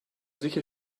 sicher